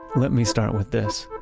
let me start with this.